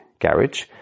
garage